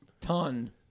ton